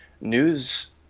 news